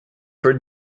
for